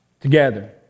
together